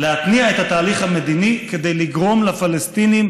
להתניע את התהליך המדיני כדי לגרום לפלסטינים